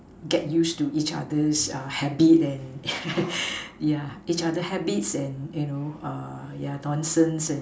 get used to each other's uh habit and ya each other habits and you know err ya nonsense and